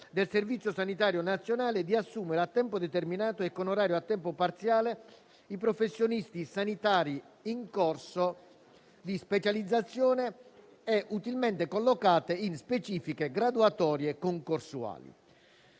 del Servizio sanitario nazionale, di assumere a tempo determinato e con orario a tempo parziale i professionisti sanitari in corso di specializzazione e utilmente collocati in specifiche graduatorie concorsuali